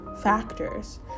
factors